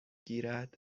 گیرد